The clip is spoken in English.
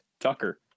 Tucker